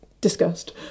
discussed